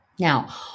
Now